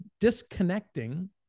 disconnecting